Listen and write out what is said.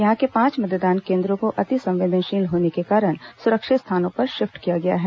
यहां के पांच मतदान केन्द्रों को अतिसंवेदनशील होने के कारण सुरक्षित स्थानों पर शिफ्ट किया गया है